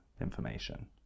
information